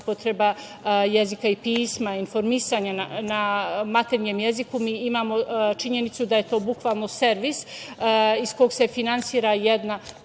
upotreba jezika i pisma, informisanje na maternjem jeziku, mi imamo činjenicu da je to bukvalno servis iz kog se finansira jedna